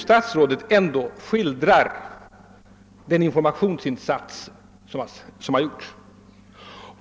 Statsrådet har skildrat den informationsinsats som gjorts.